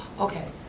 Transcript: okay,